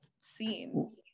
seen